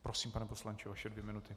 Prosím, pane poslanče, vaše dvě minuty.